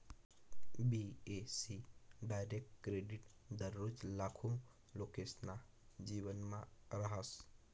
बी.ए.सी direct credit दररोज लाखो लोकेसना जीवनमा रहास